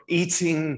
eating